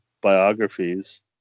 biographies